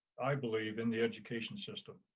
i believe in the education system.